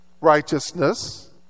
righteousness